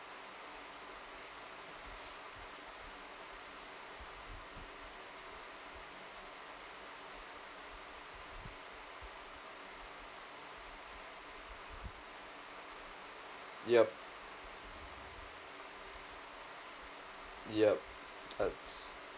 yup yup